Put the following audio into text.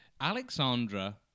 Alexandra